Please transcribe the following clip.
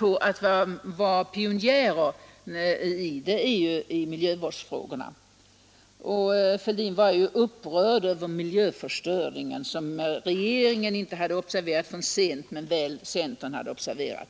vidare att de varit pionjärer när det gällt miljövårdsfrågorna. Herr Fälldin var upprörd över miljöförstöringen, som regeringen inte skulle ha observerat förrän sent men som centern väl hade observerat.